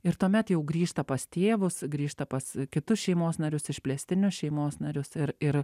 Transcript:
ir tuomet jau grįžta pas tėvus grįžta pas kitus šeimos narius išplėstinius šeimos narius ir ir